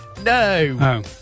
No